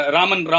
Raman